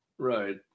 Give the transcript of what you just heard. Right